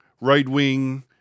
right-wing